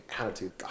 attitude